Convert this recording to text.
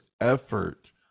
effort